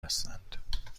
هستند